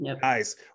Guys